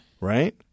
Right